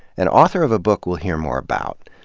and author of a book we'll hear more about.